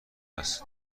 است